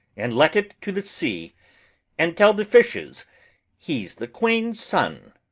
and let it to the sea and tell the fishes he's the queen's son,